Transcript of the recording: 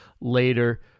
later